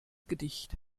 gedicht